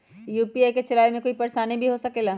UPI के चलावे मे कोई परेशानी भी हो सकेला?